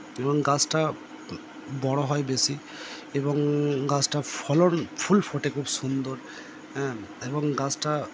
এবং গাছটা বড়ো হয় বেশি এবং গাছটার ফলন ফুল ফোটে খুব সুন্দর হ্যাঁ এবং গাছটা